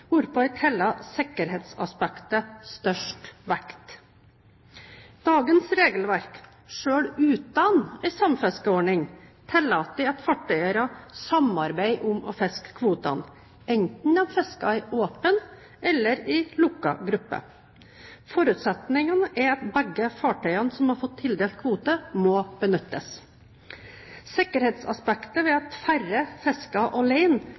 hvorpå jeg tilla sikkerhetsaspektet størst vekt. Dagens regelverk, selv uten en samfiskeordning, tillater at fartøyeiere samarbeider om å fiske kvotene, enten de fisker i åpen eller lukket gruppe. Forutsetningen er at begge fartøyene som har fått tildelt kvote, må benyttes. Sikkerhetsaspektet ved at færre fisker